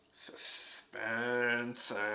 Suspense